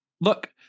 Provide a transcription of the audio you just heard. Look